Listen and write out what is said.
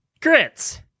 Grits